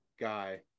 guy